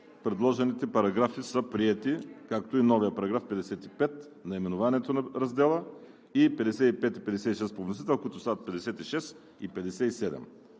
Предложените параграфи са приети, както и новият § 55, наименованието на раздела и параграфи 55 и 56 по вносител, които стават § 56 и § 57.